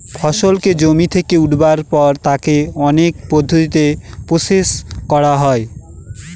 ফসলকে জমি থেকে উঠাবার পর তাকে অনেক পদ্ধতিতে প্রসেস করা হয়